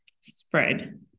spread